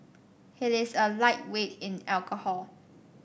he is a lightweight in alcohol